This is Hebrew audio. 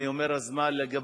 אני אומר: אז מה לגבי,